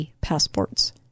passports